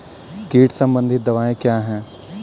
कीट संबंधित दवाएँ क्या हैं?